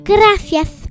Gracias